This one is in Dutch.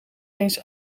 eens